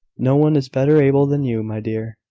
no one is better able than you, my dear,